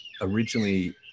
originally